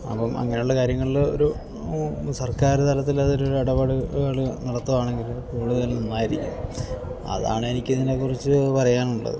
അപ്പം അങ്ങനുള്ള കാര്യങ്ങളിൽ ഒരു ഒന്ന് സർക്കാർ തലത്തിൽ അതൊരു ഇടപാടുകൾ നടത്തുകയാണെങ്കിൽ കൂടുതൽ നന്നായിരിക്കും അതാണെനിക്ക് ഇതിനെക്കുറിച്ച് പറയാനുള്ളത്